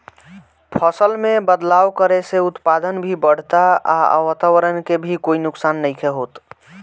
फसल में बदलाव करे से उत्पादन भी बढ़ता आ वातवरण के भी कोई नुकसान नइखे होत